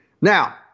Now